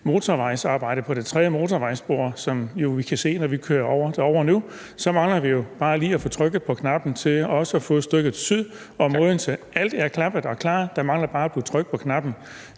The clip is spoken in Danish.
gang i arbejdet med det tredje motorvejsspor, som vi jo kan se, når vi kører derover nu. Så mangler vi jo bare lige at få trykket på knappen for også at få stykket syd om Odense. Alt er klappet og klar; der mangler bare at blive trykket på knappen.